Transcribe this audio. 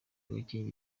gakenke